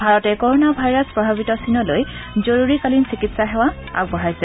ভাৰতে corona virus প্ৰভাৱিত চীনলৈ জৰুৰীকালীন চিকিৎসা সাহায্য আগবঢ়াইছে